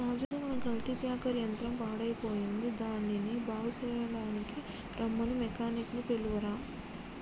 రాజు మన కల్టిప్యాకెర్ యంత్రం పాడయ్యిపోయింది దానిని బాగు సెయ్యడానికీ రమ్మని మెకానిక్ నీ పిలువురా